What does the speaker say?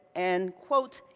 and quote,